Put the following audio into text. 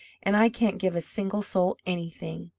and i can't give a single soul anything!